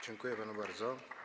Dziękuję panu bardzo.